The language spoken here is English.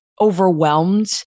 overwhelmed